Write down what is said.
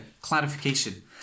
clarification